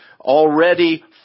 already